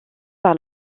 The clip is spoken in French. par